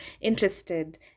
interested